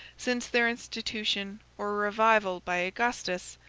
since their institution or revival by augustus,